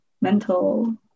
mental